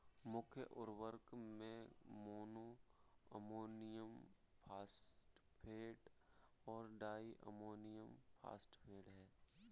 मुख्य उर्वरक में मोनो अमोनियम फॉस्फेट और डाई अमोनियम फॉस्फेट हैं